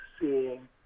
seeing